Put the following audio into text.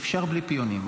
אפשר בלי פיונים.